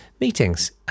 meetings